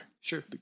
Sure